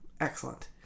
Excellent